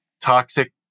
toxic